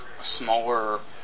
smaller